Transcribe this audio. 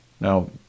Now